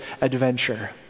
adventure